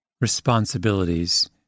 responsibilities